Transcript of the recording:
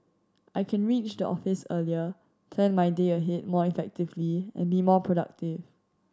I can reach the office earlier plan my day ahead more effectively and be more productive